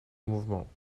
mouvement